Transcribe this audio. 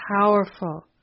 powerful